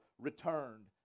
returned